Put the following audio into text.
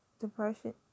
depression